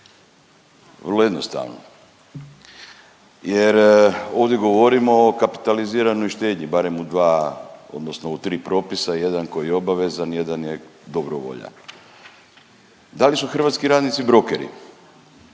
Vrlo jednostavno jer ovdje govorimo o kapitaliziranoj štednji barem u 2 odnosno u 3 propisa, jedan koji je obavezan, jedan je dobrovoljan. Da li su hrvatski radnici brokeri?